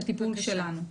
לטיפול שלנו.